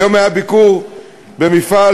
היום היה ביקור במפעל